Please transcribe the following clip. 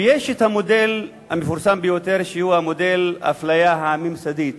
ויש המודל המפורסם ביותר שהוא מודל האפליה הממסדית